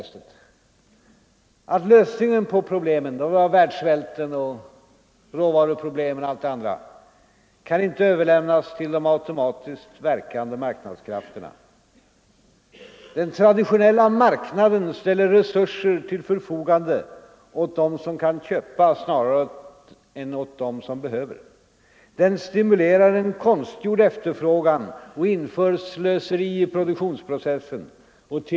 Där sägs: ”Lösningen på dessa problem” — världssvälten, råvaruproblemet och allt det andra — ”kan inte överlämnas till de automatiskt verkande marknadskrafterna. Den traditionella marknaden ställer resurser till förfogande åt dem som kan köpa snarare än åt dem som behöver, den stimulerar konstgjord efterfrågan och bygger in slöseri i produktionsprocessen, och t.